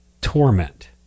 torment